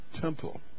temple